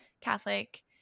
catholic